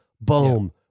boom